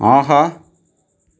ஆஹா